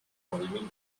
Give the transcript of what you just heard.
endémique